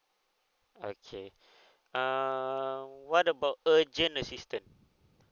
okay err what about urgent assistant